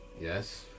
Yes